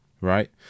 right